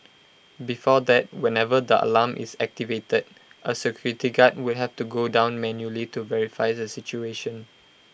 before that whenever the alarm is activated A security guard would have to go down manually to verify the situation